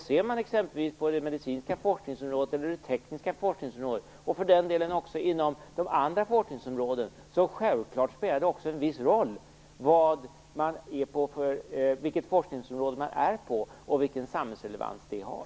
Ser man exempelvis på det medicinska forskningsområdet, på det tekniska forskningsområdet eller för den delen på de andra forskningsområdena spelar det självklart en viss roll vilket forskningsområde man befinner sig inom och vilken samhällsrelevans det har.